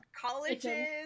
colleges